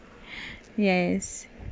yes